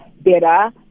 better